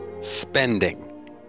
spending